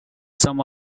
some